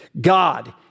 God